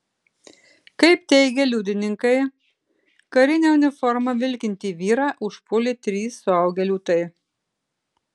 kaip teigia liudininkai karine uniforma vilkintį vyrą užpuolė trys suaugę liūtai